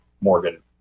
Morgan